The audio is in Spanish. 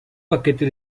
paquete